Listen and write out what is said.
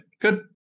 Good